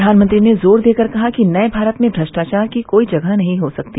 प्रधानमंत्री ने जोर देकर कहा कि नये भारत में भ्रष्टाचार की कोई जगह नहीं हो सकती